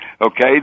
okay